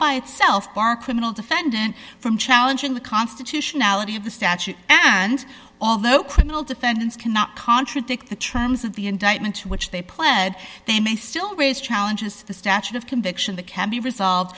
by itself bar criminal defendant from challenging the constitutionality of the statute and although criminal defendants cannot contradict the terms of the indictment to which they pled they may still raise challenges to the statute of conviction that can be resolved